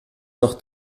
noch